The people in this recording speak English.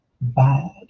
bad